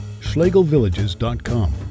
schlegelvillages.com